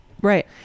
Right